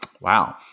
Wow